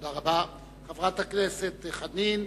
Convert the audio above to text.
תודה רבה לחברת הכנסת חנין.